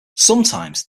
sometimes